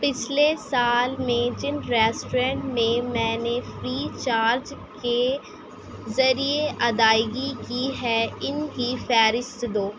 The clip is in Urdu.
پچھلے سال میں جن ریسٹورنٹ میں میں نے فری چارج کے ذریعے ادائیگی کی ہے ان کی فہرست دو